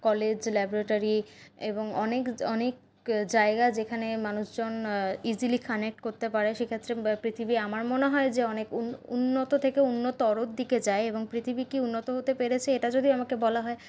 college laboratory এবং অনেক অনেক জায়গা যেখানে মানুষজন ইজিলি কানেক্ট করতে পারে সেক্ষেত্রে পৃথিবী আমার মনে হয় যে অনেক উন্নত থেকে উন্নততর দিকে যায় এবং পৃথিবী কি উন্নত হতে পেরেছে এটা যদি আমাকে বলা হয়